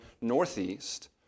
northeast